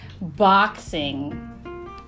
Boxing